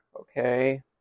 okay